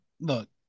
look